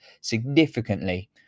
significantly